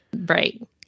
Right